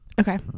okay